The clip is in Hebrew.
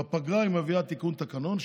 בפגרה היא מביאה תיקון תקנון,